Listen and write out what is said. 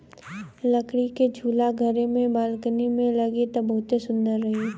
लकड़ी के झूला घरे के बालकनी में लागी त बहुते सुंदर रही